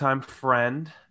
friend